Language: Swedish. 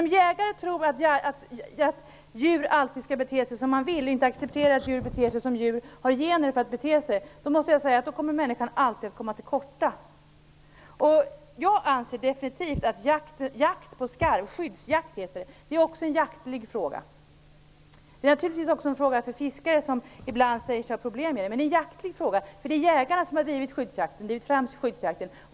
Om jägare tror att djur alltid skall bete sig som man vill och inte accepterar att djur beter sig som de har gener för att bete sig, kommer människan alltid att komma till korta. Jag anser definitivt att skyddsjakt på skarv är en jaktfråga. Det är naturligtvis också en fråga för fiskare som ibland säger sig har problem med skarv. Men det är en jaktfråga, eftersom det är jägarna som har drivit fram skyddjakten.